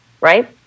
right